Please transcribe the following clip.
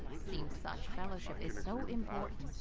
seems such fellowship is so important.